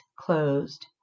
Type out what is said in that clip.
closed